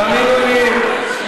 תאמינו לי,